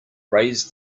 raise